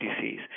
disease